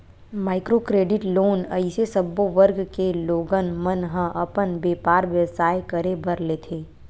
micro credit loan अइसे सब्बो वर्ग के लोगन मन ह अपन बेपार बेवसाय करे बर लेथे